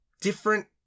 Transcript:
different